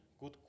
good